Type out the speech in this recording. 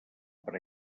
per